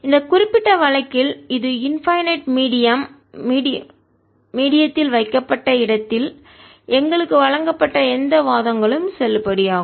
இந்த குறிப்பிட்ட வழக்கில் அது இன்பைநெட் மீடியம்எல்லையற்ற ஊடகத்தில் த்தில் வைக்கப்பட்ட இடத்தில் எங்களுக்கு வழங்கப்பட்ட எந்த வாதங்களும் செல்லுபடியாகும்